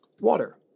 water